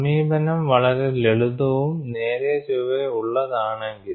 സമീപനം വളരെ ലളിതവും നേരേചൊവ്വേ ഉള്ളതാണെങ്കിലും